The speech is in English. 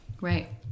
Right